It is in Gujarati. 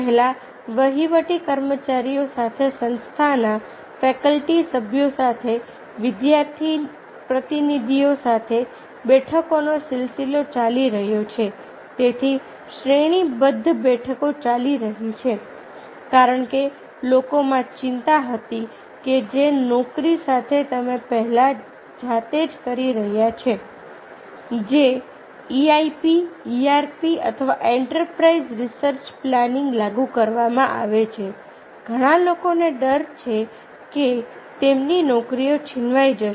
પહેલા વહીવટી કર્મચારીઓ સાથે સંસ્થાના ફેકલ્ટી સભ્યો સાથે વિદ્યાર્થી પ્રતિનિધિઓ સાથે બેઠકોનો સિલસિલો ચાલી રહ્યો છે તેથી શ્રેણીબદ્ધ બેઠકો ચાલી રહી છે કારણ કે લોકોમાં ચિંતા હતી કે જે નોકરી સાથે તમે પહેલા જાતે જ કરી રહ્યા છે જે EIP ERP અથવા એન્ટરપ્રાઇઝ રિસર્ચ પ્લાનિંગ લાગુ કરવામાં આવે છે ઘણા લોકોને ડર છે કે તેમની નોકરીઓ છીનવાઈ જશે